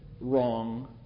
wrong